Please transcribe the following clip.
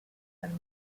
and